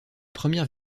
première